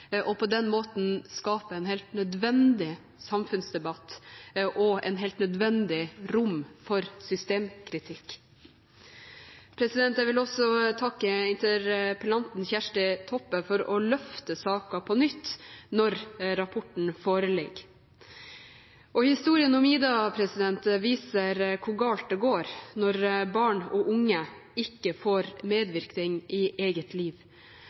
og på den måten skape en helt nødvendig samfunnsdebatt og et helt nødvendig rom for systemkritikk. Jeg vil også takke interpellanten, Kjersti Toppe, for å løfte saken på nytt når rapporten nå foreligger. Historien om «Ida» viser hvor galt det går når barn og unge ikke får medvirkning i eget liv,